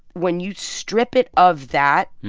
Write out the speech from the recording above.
when you strip it of that,